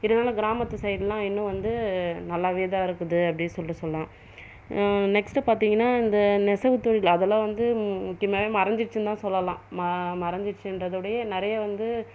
இதனால் கிராமத்து சைடுலாம் இன்னும் வந்து நல்லாவே தான் இருக்குது அப்படின்னு சொல்லிட்டு சொல்லலாம் நெக்ஸ்ட் பார்த்தீங்கன்னா இந்த நெசவுத் தொழில் அதெல்லாம் வந்து முக்கியமாகவே மறைஞ்சிருச்சுன்னுதா சொல்லலாம் ம மறைஞ்சிருச்சுன்றதோடே நிறைய வந்து